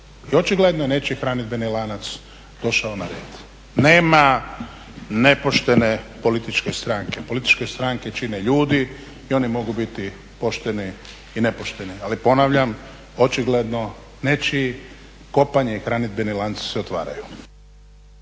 I očigledno je nečiji hranidbeni lanac došao na red. Nema nepoštene političke stranke. Političke stranke čine ljudi i oni mogu biti pošteni ili nepošteni. Ali ponavljam, očigledno nečiji kopanje i hranidbeni lanci se otvaraju.